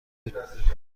بود